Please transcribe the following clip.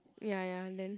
ya ya then